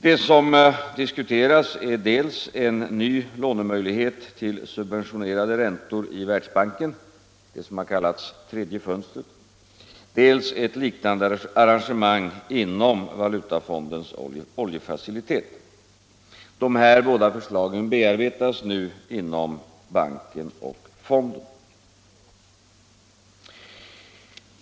Det som diskuteras är dels en möjlighet till ån till subventionerade räntor i Världsbanken, det som har kallats ”tredje fönstret”, dels ett liknande arrangemang inom Valutafondens oljefacilitet. De här båda förslagen bearbetas nu inom banken och fonden.